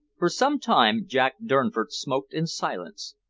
for some time jack durnford smoked in silence,